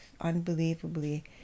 unbelievably